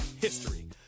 history